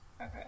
Okay